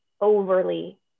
overly